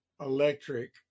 electric